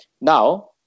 now